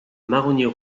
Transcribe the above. marronniers